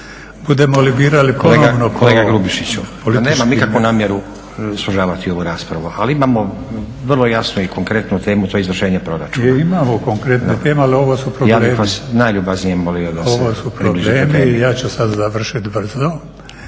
Budemo li birali ponovno po … …/Upadica Stazić: Kolega Grubišiću, pa nemam nikakvu namjeru sužavati ovu raspravu ali imamo vrlo jasnu i konkretnu temu to je izvršenje proračuna./… Je, imamo konkretnu temu ali ovo su problemi. …/Upadica Stazić: Ja bih vas najljubaznije molio da se približite temi./… Ovo su problemi i ja ću sad završiti brzo,